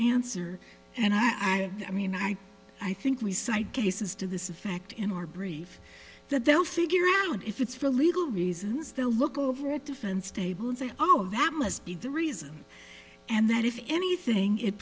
answer and i i mean i i think we cite cases to this effect in our brief that they'll figure out if it's for legal reasons they'll look over at defense table and say oh that must be the reason and that if anything it